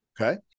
Okay